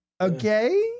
okay